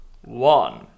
one